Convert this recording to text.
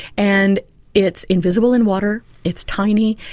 and it's invisible in water, it's tiny,